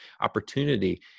opportunity